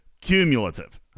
cumulative